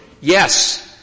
yes